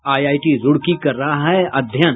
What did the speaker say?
IIT Roorkee कर रहा अध्ययन